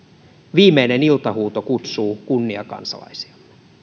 viimeinen iltahuuto kutsuu kunniakansalaisia